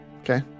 Okay